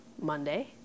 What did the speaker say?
Monday